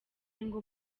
ngo